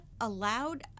allowed